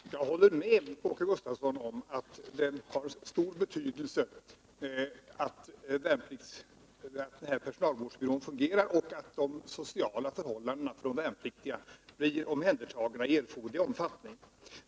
Herr talman! Jag håller med Olle Göransson om att det har stor betydelse att personalvårdsbyrån fungerar och att de värnpliktigas sociala förhållanden blir omhändertagna i erforderlig omfattning.